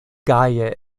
gaje